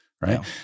right